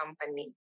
company